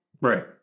right